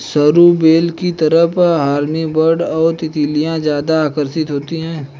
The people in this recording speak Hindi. सरू बेल की तरफ हमिंगबर्ड और तितलियां ज्यादा आकर्षित होती हैं